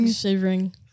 shivering